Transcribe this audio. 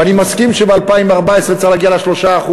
ואני מסכים שב-2014 צריך להגיע ל-3%,